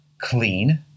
clean